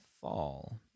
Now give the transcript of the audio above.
fall